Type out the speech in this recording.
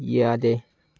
ꯌꯥꯗꯦ